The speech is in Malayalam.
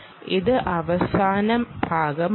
ഇത് അവസാന ഭാഗമാണ്